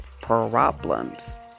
problems